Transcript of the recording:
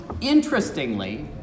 interestingly